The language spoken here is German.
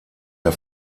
der